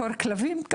קור כלבים?